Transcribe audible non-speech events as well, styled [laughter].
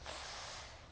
[noise]